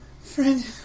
friend